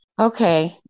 Okay